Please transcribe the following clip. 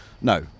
No